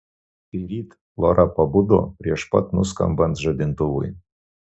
šįryt flora pabudo prieš pat nuskambant žadintuvui